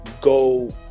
go